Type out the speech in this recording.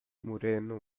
moreno